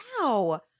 wow